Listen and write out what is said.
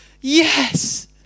yes